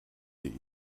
die